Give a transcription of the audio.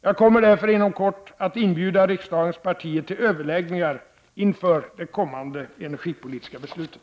Jag kommer därför inom kort att inbjuda riksdagens partier till överläggningar inför det kommande energipolitiska beslutet.